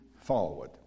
forward